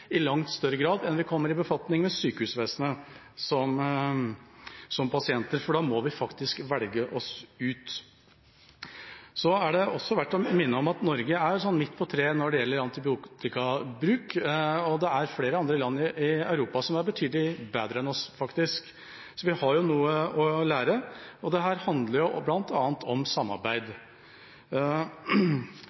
i langt større grad enn vi kommer i befatning med sykehusvesenet som pasienter, for da må vi faktisk velge. Det er også verdt å minne om at Norge er cirka midt på treet når det gjelder antibiotikabruk. Det er faktisk flere land i Europa som er betydelig bedre enn oss. Så vi har noe å lære, og det handler blant annet om samarbeid.